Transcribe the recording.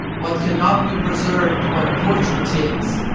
what cannot be preserved when fortune takes,